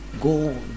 go